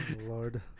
Lord